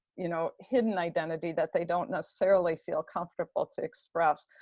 you know, hidden identity that they don't necessarily feel comfortable to express.